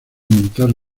militar